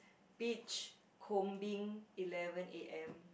beach combining eleven A_M